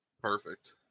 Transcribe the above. perfect